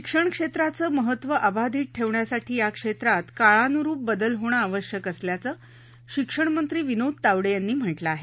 शिक्षण क्षेत्राचं महत्त्व अबाधित ठेवण्यासाठी या क्षेत्रात काळानुरुप बदल होणं आवश्यक असल्याचं शिक्षण मंत्री विनोद तावडे यांनी म्हटलं आहे